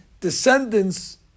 descendants